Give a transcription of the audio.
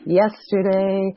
yesterday